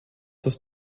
das